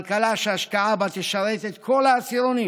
כלכלה שההשקעה בה תשרת את כל העשירונים